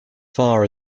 far